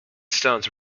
stones